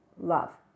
love